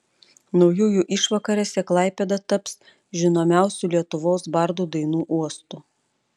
naujųjų išvakarėse klaipėda taps žinomiausių lietuvos bardų dainų uostu